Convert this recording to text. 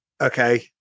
okay